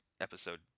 episode